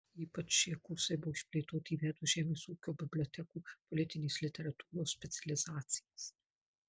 ypač šie kursai buvo išplėtoti įvedus žemės ūkio bibliotekų politinės literatūros specializacijas